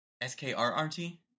S-K-R-R-T